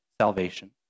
salvation